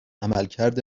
عملکرد